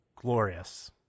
glorious